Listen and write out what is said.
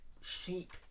shape